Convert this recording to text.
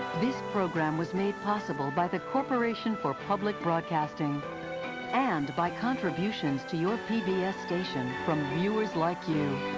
this program was made possible by the corporation for public broadcasting and by contributions to your pbs station from viewers like you.